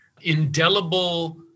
indelible